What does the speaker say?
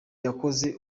yakoze